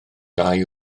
dau